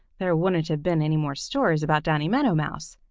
there wouldn't have been any more stories about danny meadow mouse,